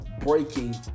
breaking